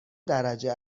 درجه